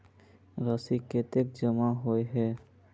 राशि कतेक जमा होय है?